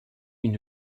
une